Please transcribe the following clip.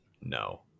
No